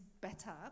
better